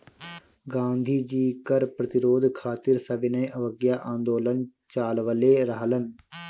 गांधी जी कर प्रतिरोध खातिर सविनय अवज्ञा आन्दोलन चालवले रहलन